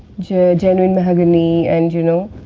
genuine mahogany and you know,